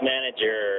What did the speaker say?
Manager